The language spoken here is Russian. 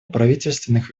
правительственных